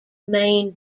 main